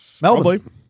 Melbourne